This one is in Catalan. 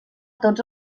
tots